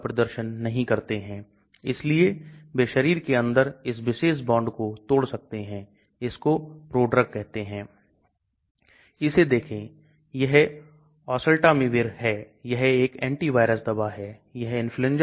यह संरचनात्मक संशोधन का एक तरीका है कभी कभी वे एक और सामग्री जोड़ते हैं जो दवा के मूल कंपाउंड के क्रिस्टलीकरण को रोकता है ताकि दवा आकारहीन हो जाए